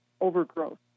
overgrowth